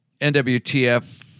NWTF